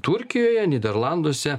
turkijoje nyderlanduose